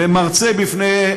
ומרצה בפני,